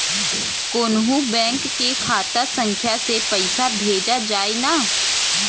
कौन्हू बैंक के खाता संख्या से पैसा भेजा जाई न?